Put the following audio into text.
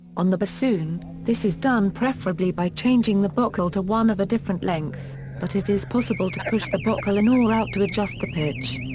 on the bassoon, this is done preferably by changing the bocal to one of a different length, but it is possible to push the bocal in or out to adjust the pitch.